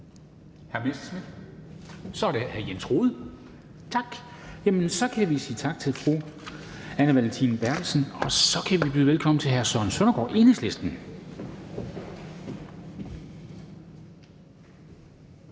Nej. Hr. Jens Rohde? Nej. Jamen så kan vi sige tak til fru Anne Valentina Berthelsen, og så kan vi byde velkommen til hr. Søren Søndergaard, Enhedslisten.